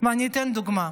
ואני אתן דוגמה.